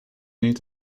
need